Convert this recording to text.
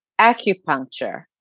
Acupuncture